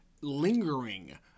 lingering